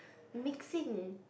mixing